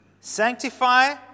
sanctify